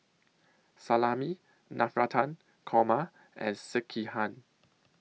Salami Navratan Korma and Sekihan